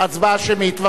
ההצבעה השמית.